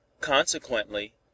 consequently